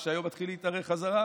הוא ראה שהיום מתחיל להתארך בחזרה,